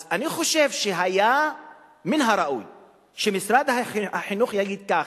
אז אני חושב שהיה מן הראוי שמשרד החינוך יגיד ככה: